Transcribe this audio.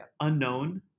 unknown